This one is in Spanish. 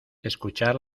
escuchar